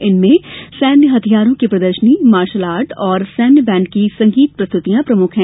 इनमें सैन्य हथियारों की प्रदर्शनी मार्शलआर्ट और सैन्य बैण्ड की संगीत प्रस्तुतियां प्रमुख हैं